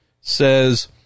Says